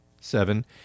Seven